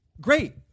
Great